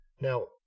Now